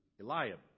Eliab